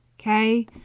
okay